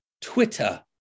Twitter